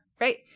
right